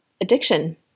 addiction